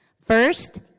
First